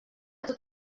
tot